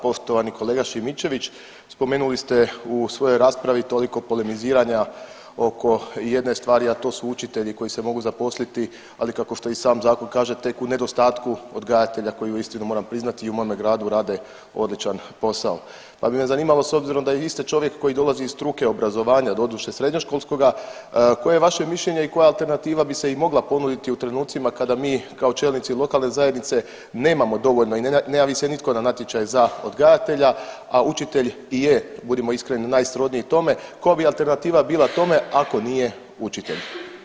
Poštovani kolega Šimičević, spomenuli ste u svojoj raspravi toliko polemiziranja oko jedne stvari, a to su učitelji koji se mogu zaposliti ali kako što i sam zakon kaže tek u nedostatku odgajatelja kojih uistinu moram priznati i u mome gradu rade odličan posao, pa bi me zanimalo da s obzirom da i vi ste čovjek koji dolazi iz struke obrazovanja doduše srednjoškolskoga koje je vaše mišljenje i koja alternativa bi se i mogla ponuditi u trenucima kada mi kao čelnici lokalne zajednice nemamo dovoljno i ne javi se nitko na natječaj za odgajatelja, a učitelj i je budimo iskreni najsrodniji tome, koja bi alternativa bila tome ako nije učitelj.